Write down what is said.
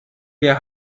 wir